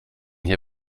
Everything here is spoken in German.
hier